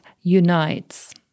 unites